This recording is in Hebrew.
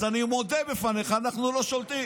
אז אני מודה בפניך, אנחנו לא שולטים.